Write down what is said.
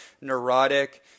neurotic